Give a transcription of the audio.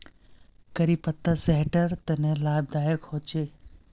करी पत्ता सेहटर तने लाभदायक होचे